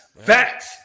facts